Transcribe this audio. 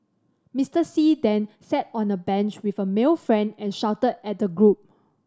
Mister See then sat on a bench with a male friend and shouted at the group